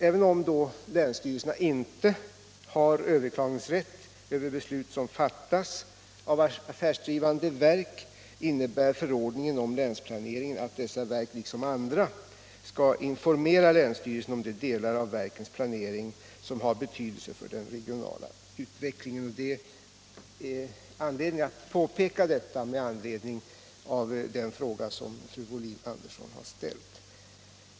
Även om länsstyrelserna inte har överklagningsrätt över beslut som fattas av affärsdrivande verk innebär förordningen om länsplaneringen att dessa verk liksom andra skall informera länsstyrelse om de delar av verkens planering som har betydelse för den regionala utvecklingen. Det är anledning att påpeka detta mot bakgrund av den fråga som fru Wohlin-Andersson har ställt.